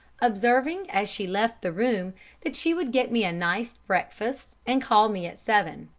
observing as she left the room that she would get me a nice breakfast and call me at seven.